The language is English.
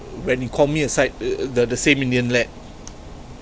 when he called me aside the the same indian lad